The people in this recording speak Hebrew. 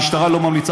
תמשיך.